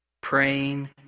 praying